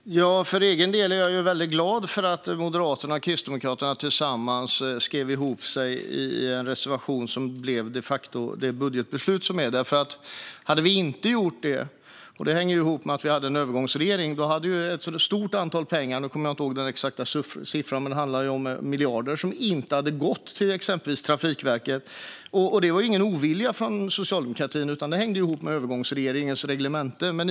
Fru talman! För egen del är jag glad för att Moderaterna och Kristdemokraterna tillsammans skrev ihop sig i en reservation som de facto blev den budget vi nu har. Om vi inte hade gjort det är det en stor summa pengar - jag inte ihåg den exakta siffran, men det handlar om miljarder - som inte hade gått till exempelvis Trafikverket. Detta var ingen ovilja från socialdemokratin, utan det hängde ihop med att vi hade en övergångsregering och reglementet för en sådan.